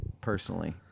Personally